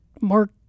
Mark